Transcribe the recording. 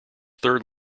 third